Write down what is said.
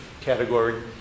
category